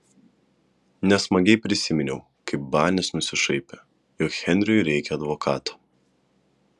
nesmagiai prisiminiau kaip banis nusišaipė jog henriui reikią advokato